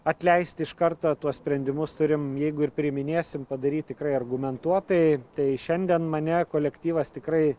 atleisti iš karto tuos sprendimus turim jeigu ir priiminėsim padaryt tikrai argumentuotai tai šiandien mane kolektyvas tikrai